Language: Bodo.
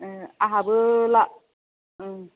आहाबो ला